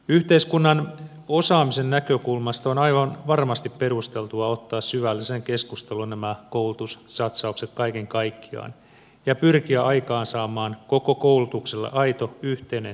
yhteiskunnan osaamisen näkökulmasta on aivan varmasti perusteltua ottaa syvälliseen keskusteluun nämä koulutussatsaukset kaiken kaikkiaan ja pyrkiä aikaansaamaan koko koulutukselle aito yhteinen tulevaisuuden tahtotila